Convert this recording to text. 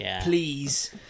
Please